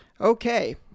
Okay